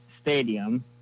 stadium